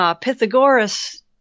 Pythagoras